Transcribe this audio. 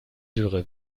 dürre